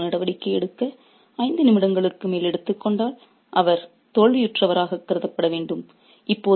யாராவது ஒரு நடவடிக்கை எடுக்க ஐந்து நிமிடங்களுக்கு மேல் எடுத்துக் கொண்டால் அவர் தோல்வியுற்றவராக கருதப்பட வேண்டும்